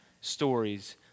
stories